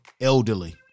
elderly